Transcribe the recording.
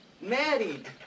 married